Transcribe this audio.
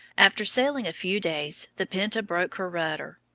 after sailing a few days, the pinta broke her rudder.